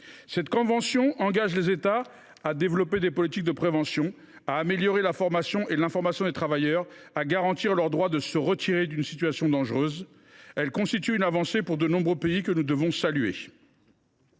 Cette convention engage les États à développer des politiques de prévention, à améliorer la formation et l’information des travailleurs et à garantir leur droit de se retirer d’une situation dangereuse. Elle constitue une avancée pour de nombreux pays et nous devons le saluer.